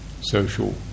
Social